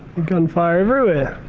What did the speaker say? gunfire everywhere.